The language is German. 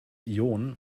ionen